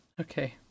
Okay